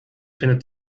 findet